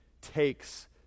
takes